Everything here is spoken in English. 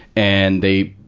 and they,